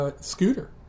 Scooter